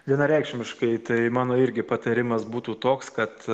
vienareikšmiškai tai mano irgi patarimas būtų toks kad